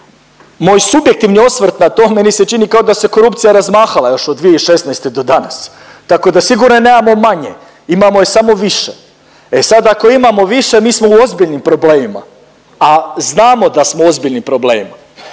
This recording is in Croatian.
moj subjektivni osvrt na to, meni se čini kao da se korupcija razmahala još od 2016. do danas, tako da sigurno je nemamo manje, imamo je samo više. E sad ako je imamo više mi smo u ozbiljnim problemima, a znamo da smo u ozbiljnim problemima